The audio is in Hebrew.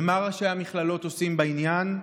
ומה ראשי המכללות עושים בעניין?